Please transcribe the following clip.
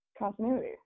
continuity